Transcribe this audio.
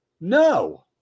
No